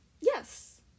yes